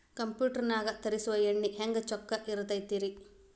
Computer ನಾಗ ತರುಸುವ ಎಣ್ಣಿ ಹೆಂಗ್ ಚೊಕ್ಕ ಇರತ್ತ ರಿ?